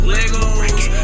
Legos